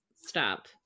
stop